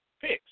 picks